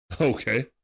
Okay